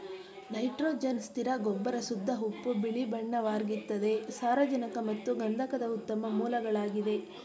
nitrogen ಸ್ಥಿರ ಗೊಬ್ಬರ ಶುದ್ಧ ಉಪ್ಪು ಬಿಳಿಬಣ್ಣವಾಗಿರ್ತದೆ ಸಾರಜನಕ ಮತ್ತು ಗಂಧಕದ ಉತ್ತಮ ಮೂಲಗಳಾಗಿದೆ